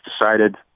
decided